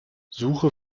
suche